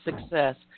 success